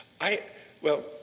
I—well